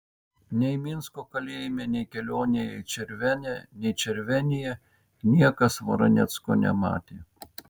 nei minsko kalėjime nei kelionėje į červenę nei červenėje niekas varanecko nematė